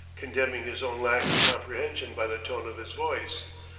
condemning his own lack of comprehension by the tone of his voice.